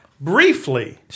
briefly